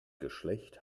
geschlecht